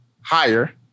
higher